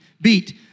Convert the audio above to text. Beat